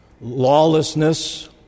lawlessness